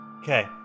Okay